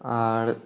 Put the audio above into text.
आर